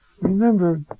remember